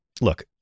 Look